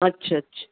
अच्छा अच्छा